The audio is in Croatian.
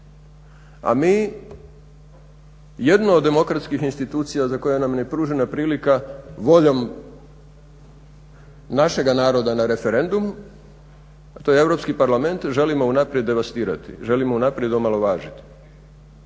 A mi jedno od demokratskih institucija za koje nam ni pružena prilika voljom našega naroda na referendumu, a to je Europski parlament želimo unaprijed devastirati, želimo unaprijed omalovažiti,